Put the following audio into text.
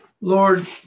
Lord